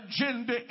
agenda